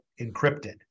encrypted